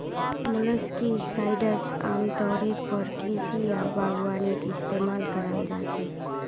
molluscicides आमतौरेर पर कृषि या बागवानीत इस्तमाल कराल जा छेक